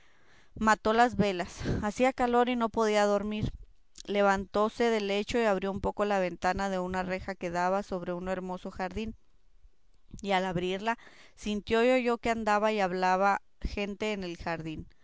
mató las velas hacía calor y no podía dormir levantóse del lecho y abrió un poco la ventana de una reja que daba sobre un hermoso jardín y al abrirla sintió y oyó que andaba y hablaba gente en el jardín